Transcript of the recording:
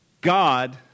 God